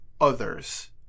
others